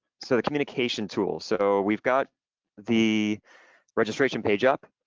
so the communication tool. so we've got the registration page up.